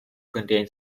contain